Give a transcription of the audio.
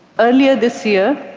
earlier this year,